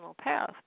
path